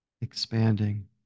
expanding